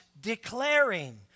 declaring